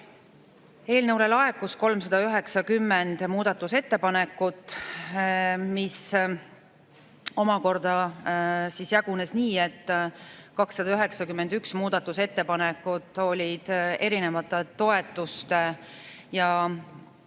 Eelnõu kohta laekus 390 muudatusettepanekut, mis omakorda jagunesid nii, et 291 muudatusettepanekut olid erinevate toetuste ja